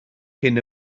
cyn